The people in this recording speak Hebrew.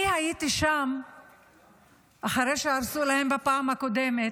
אני הייתי שם אחרי שהרסו להם בפעם הקודמת,